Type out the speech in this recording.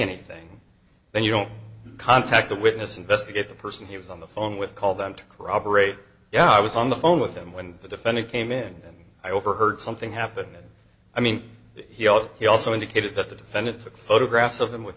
anything then you don't contact the witness investigate the person he was on the phone with call them to corroborate yeah i was on the phone with them when the defendant came in and i overheard something happening i mean he ought he also indicated that the defendant took photographs of them with